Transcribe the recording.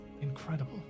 incredible